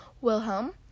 Wilhelm